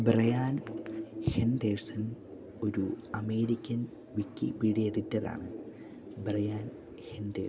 Brian Henderson ഒരു American Wikipedia എഡിറ്ററാണ് Brian Henderson